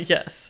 Yes